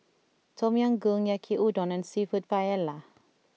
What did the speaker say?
Tom Yam Goong Yaki udon and Seafood Paella